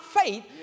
faith